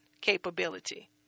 capability